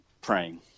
praying